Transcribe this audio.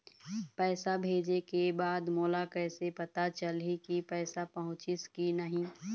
पैसा भेजे के बाद मोला कैसे पता चलही की पैसा पहुंचिस कि नहीं?